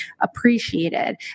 appreciated